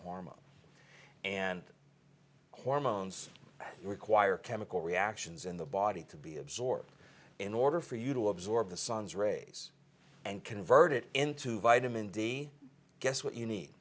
hormones require chemical reactions in the body to be absorbed in order for you to absorb the sun's rays and convert it into vitamin d guess what you need